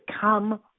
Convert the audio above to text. come